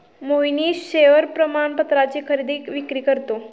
Mohnish share प्रमाणपत्राची खरेदी विक्री करतो